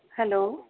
hello